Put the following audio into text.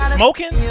smoking